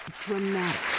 dramatic